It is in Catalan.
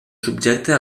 subjecta